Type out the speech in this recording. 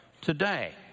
today